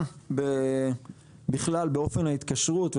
גם בכלל באופן ההתקשרות,